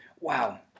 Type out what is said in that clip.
Wow